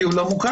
כי הוא לא מוכר.